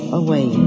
away